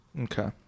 Okay